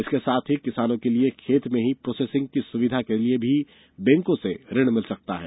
इसके साथ ही किसानों के लिए खेत में ही प्रोसेसिंग की सुविधा के लिए भी बैंकों से ऋण मिल सकता है